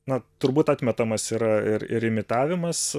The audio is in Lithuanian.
na turbūt atmetamas yra ir ir imitavimas